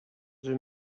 the